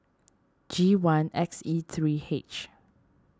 G one X E three H